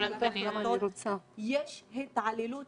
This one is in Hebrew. שיש התעללות